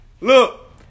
look